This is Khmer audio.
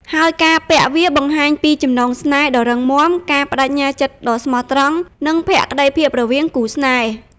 ហើយការពាក់វាបង្ហាញពីចំណងស្នេហ៍ដ៏រឹងមាំ ការប្តេជ្ញាចិត្តដ៏ស្មោះត្រង់ និងភក្តីភាពរវាងគូស្នេហ៍។